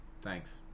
thanks